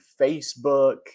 Facebook